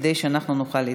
כדי שאנחנו נוכל להתקדם.